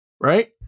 right